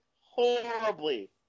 horribly